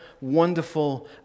wonderful